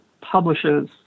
publishes